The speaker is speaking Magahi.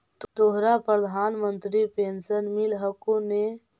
तोहरा प्रधानमंत्री पेन्शन मिल हको ने?